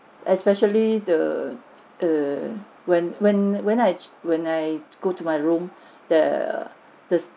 especially the err when when when I when I go to my room the there's